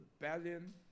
rebellion